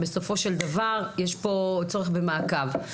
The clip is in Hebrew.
בסופו של דבר יש פה צורך במעקב.